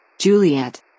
Juliet